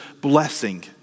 blessing